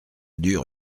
dure